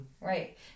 Right